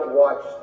watch